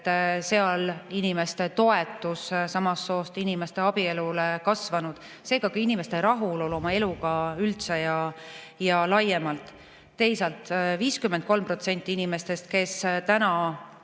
hüppeliselt inimeste toetus samast soost inimeste abielule kasvanud, seega ka inimeste rahulolu oma eluga üldse, laiemalt. Teisalt, 53% inimestest, kes täna